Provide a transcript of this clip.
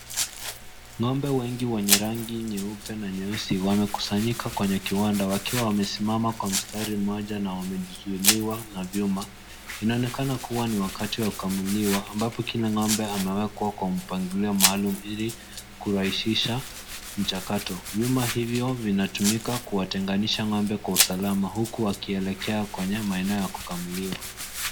Ng'ombe wengi wenye rangi nyeupe na nyeusi wamekusanyika kwenye kiwanda wakiwa wamesimama kwa mstari mmoja na wamezuiliwa na vyuma, inaonekana kuwa ni wakati wa kukamuliwa ambako kila ngombe amewekwa kwa mpangilio maalum ili kurahisisha mchakato huu. Vyuma hivyo vinatumika kuwatenganisha ng'ombe kwa usalama huku wakielekea kwenye maeneo ya kukamuliwa.